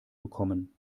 bekommen